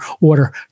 order